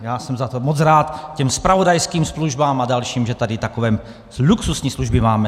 Já jsem za to moc rád těm zpravodajským službám a dalším, že tady takové luxusní služby máme.